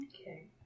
okay